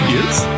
Yes